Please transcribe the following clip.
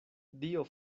dio